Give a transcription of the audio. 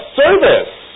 service